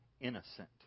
innocent